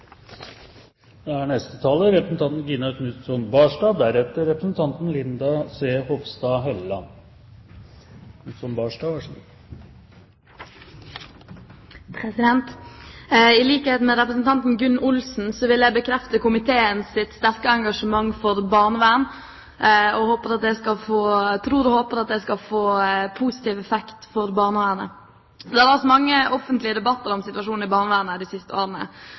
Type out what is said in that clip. I likhet med representanten Gunn Olsen vil jeg bekrefte komiteens sterke engasjement for barnevern, og tror og håper at det skal få positiv effekt for barnevernet. Det har vært mange offentlige debatter om situasjonen i barnevernet de siste årene.